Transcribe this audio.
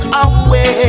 away